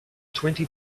twenty